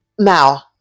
Now